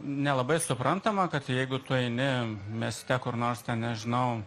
nelabai suprantama kad jeigu tu eini mieste kur nors ten nežinau